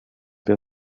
der